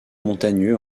montagneux